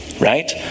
right